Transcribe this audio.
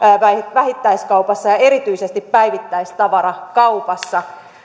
vähittäiskaupassa ja erityisesti päivittäistavarakaupassa